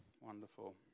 Wonderful